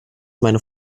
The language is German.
meine